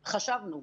חשבנו,